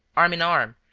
arm-in-arm,